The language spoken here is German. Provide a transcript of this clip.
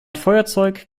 feuerzeug